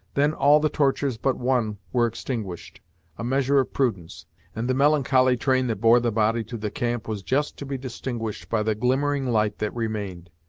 then all the torches but one were extinguished a measure of prudence and the melancholy train that bore the body to the camp was just to be distinguished by the glimmering light that remained.